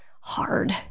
hard